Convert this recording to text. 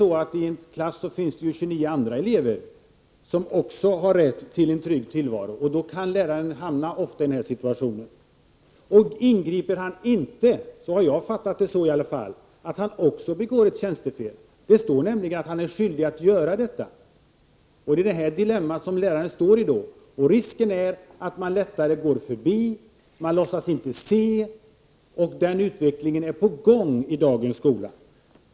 I en klass finns det dessutom 29 andra elever som också har rätt till en trygg tillvaro. Då kan läraren ofta hamna i denna situation. Jag har i alla fall fattat det så, att han begår tjänstefel om han inte ingriper. Det står nämligen att läraren är skyldig att ingripa, och det är i detta dilemma läraren står. Risken är att det känns lättare att gå förbi, att låtsas inte se. Den utvecklingen är på gång i dagens skola.